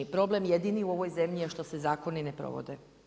Problem jedini u ovoj zemlji je što se zakoni ne provode.